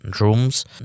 rooms